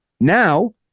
now